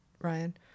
Ryan